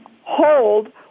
hold